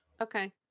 okay